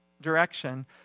direction